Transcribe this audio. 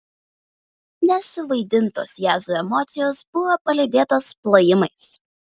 nesuvaidintos jazzu emocijos buvo palydėtos plojimais